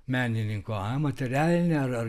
menininko ar materialinė ar